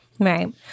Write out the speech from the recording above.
Right